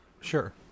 Sure